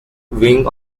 wing